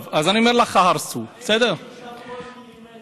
אני מכיר שם כל מילימטר.